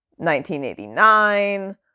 1989